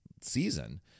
season